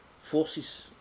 forces